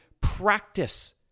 practice